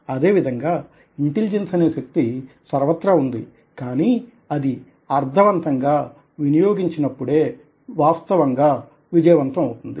అదేవిధంగా ఇంటెలిజెన్స్ అనే శక్తి సర్వత్రా ఉంది కానీ అది అర్థవంతంగా వినియోగించినప్పుడే వాస్తవంగా విజయవంతం అవుతుంది